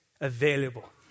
available